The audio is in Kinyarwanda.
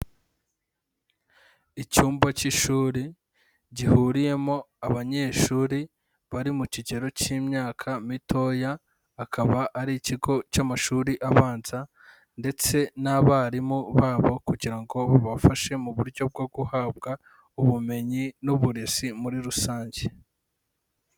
Icyumba cy'ishuri gihuriyemo abanyeshuri bari mu kigero cy'imyaka mitoya akaba ari ikigo cy'amashuri abanza ndetse n'abarimu babo kugira ngo babafashe mu buryo bwo guhabwa ubumenyi n'uburezi muri rusange.